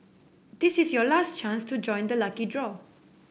this is your last chance to join the lucky draw